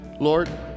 Lord